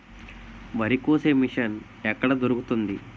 వరి కోసే మిషన్ ఎక్కడ దొరుకుతుంది?